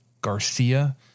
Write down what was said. Garcia